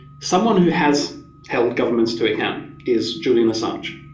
someone who has held governments to account is julian assange.